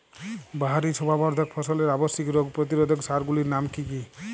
বাহারী শোভাবর্ধক ফসলের আবশ্যিক রোগ প্রতিরোধক সার গুলির নাম কি কি?